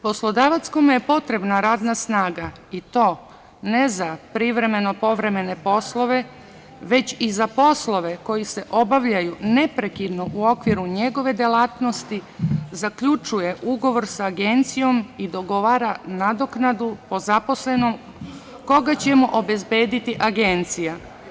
Poslodavac kome je potrebna radna snaga i to ne za privremeno-povremene poslove već i za poslove koji se obavljaju neprekidno u okviru njegove delatnosti zaključuje ugovor sa agencijom i dogovara nadoknadu po zaposlenom koga će mu obezbediti agencija.